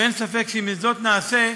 ואין ספק שאם את זאת נעשה,